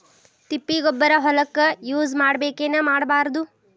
ತಿಪ್ಪಿಗೊಬ್ಬರ ಹೊಲಕ ಯೂಸ್ ಮಾಡಬೇಕೆನ್ ಮಾಡಬಾರದು?